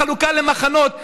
ולא לחלוקה למחנות,